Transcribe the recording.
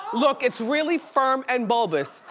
look, it's really firm and bulbous.